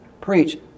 Preach